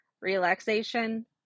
relaxation